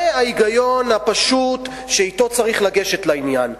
זה ההיגיון הפשוט שבו צריך לגשת לעניין.